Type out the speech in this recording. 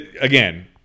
again